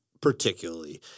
particularly